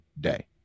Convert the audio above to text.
day